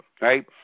right